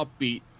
upbeat